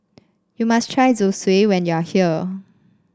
you must try Zosui when you are here